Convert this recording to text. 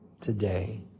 today